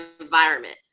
environment